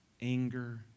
anger